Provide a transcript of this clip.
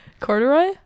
corduroy